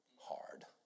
hard